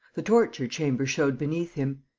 the torture-chamber showed beneath him.